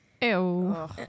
Ew